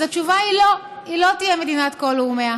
אז התשובה היא לא, היא לא תהיה מדינת כל לאומיה.